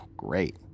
great